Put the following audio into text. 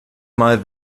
mal